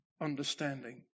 understanding